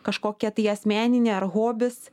kažkokia tai asmeninė ar hobis